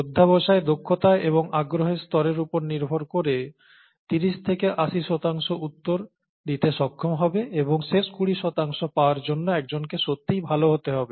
অধ্যাবসায় দক্ষতা এবং আগ্রহের স্তরের উপর নির্ভর করে 30 থেকে 80 শতাংশ উত্তর দিতে সক্ষম হবে এবং শেষ 20 শতাংশ পাওয়ার জন্য একজনকে সত্যই ভাল হতে হবে